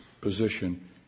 position